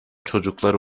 çocuklar